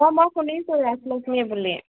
অঁ মই শুনিইছোঁ ৰাজলক্ষ্মী বুলি